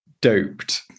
doped